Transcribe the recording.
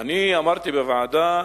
אני אמרתי בוועדה,